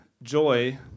Joy